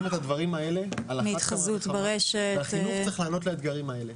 את הדברים האלה על אחת כמה וכמה והחינוך צריך לענות לאתגרים האלה.